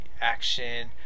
action